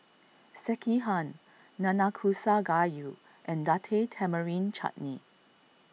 Sekihan Nanakusa Gayu and Date Tamarind Chutney